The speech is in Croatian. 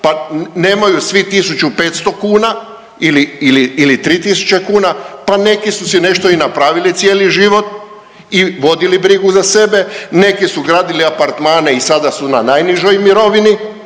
pa nemaju svi 1.500 kuna ili, ili, ili 3.000 kuna, pa neki su si nešto i napravili cijeli život i vodili brigu za sebe, neki su gradili apartmane i sada su na najnižoj mirovini